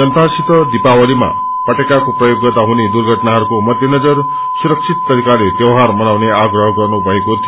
जनातासित दीपावलीमा पटेकाको प्रयोग गर्दा हुने दुर्घटनाहरूको माध्यनजर सुरक्षति तरिकाले त्यौहार मनाउने आग्रह गर्नुभएको थियो